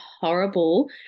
horrible